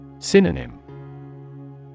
Synonym